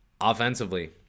Offensively